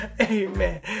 Amen